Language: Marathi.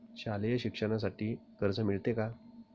शालेय शिक्षणासाठी कर्ज मिळते का?